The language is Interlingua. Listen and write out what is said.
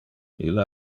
ille